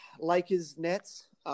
Lakers-Nets